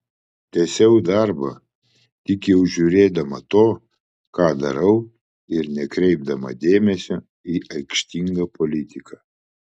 tęsiau darbą tik jau žiūrėdama to ką darau ir nekreipdama dėmesio į aikštingą politiką